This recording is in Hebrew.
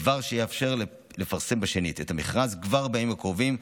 דבר שיאפשר לפרסם את המכרז בשנית כבר בימים הקרובים.